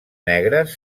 negres